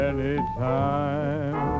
Anytime